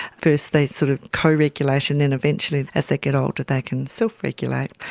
first they sort of co-regulate and then eventually as they get older they can self-regulate.